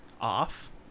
Off